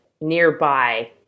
nearby